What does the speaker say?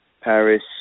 Paris